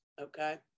Okay